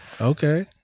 Okay